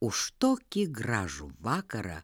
už tokį gražų vakarą